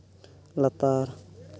ᱞᱟᱛᱟᱨ